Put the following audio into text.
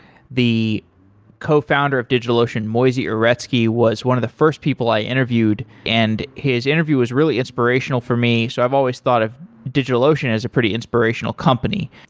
the cofounder of digitalocean, moisey uretsky, was one of the first people i interviewed, and his interview was really inspirational for me. so i've always thought of digitalocean as a pretty inspirational company.